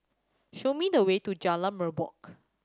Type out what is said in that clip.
show me the way to Jalan Merbok